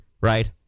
right